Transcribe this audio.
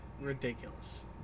ridiculous